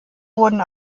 wurden